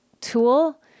tool